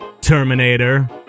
Terminator